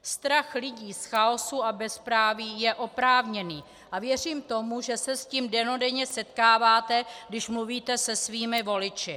Strach lidí z chaosu a bezpráví je oprávněný a věřím tomu, že se s tím dennodenně setkáváte, když mluvíte se svými voliči.